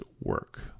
work